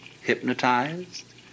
hypnotized